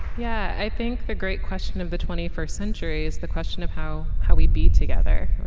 yeah i think the great question of the twenty first century is the question of how how we be together.